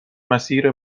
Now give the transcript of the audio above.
مسیر